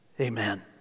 Amen